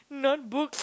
not books